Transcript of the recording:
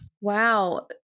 Wow